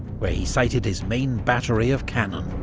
where he sited his main battery of cannon.